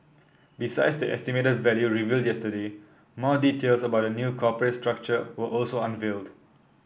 besides the estimated value revealed yesterday more details about the new corporate structure were also unveiled